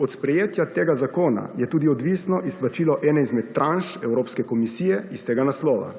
Od sprejetja tega zakona je tudi odvisno izplačilo ene izmed tranš Evropske komisije iz tega naslova.